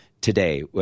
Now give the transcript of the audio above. today –